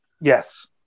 Yes